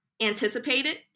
anticipated